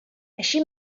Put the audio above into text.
així